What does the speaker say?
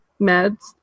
meds